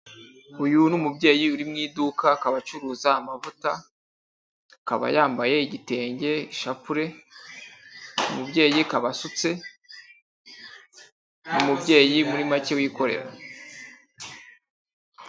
Uyu ni umubyeyi uri mu iduka, akaba acuruza amavuta, akaba yambaye igitenge, ishapure, uyu mubyeyi akaba asutse, ni umubyeyi muri make wikorera.